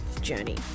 journey